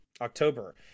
October